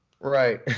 Right